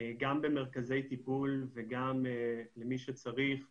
גם במרכזי טיפול וגם למי שצריך בבית.